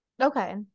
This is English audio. Okay